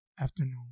afternoon